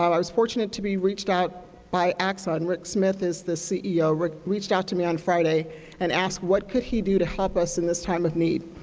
i was fortunate to be reached out to by axon. rick smith is the ceo. rick reached out to me on friday and asked what could he do to help us in this time of need.